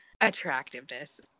attractiveness